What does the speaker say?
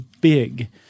big